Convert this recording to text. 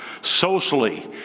Socially